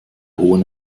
hohen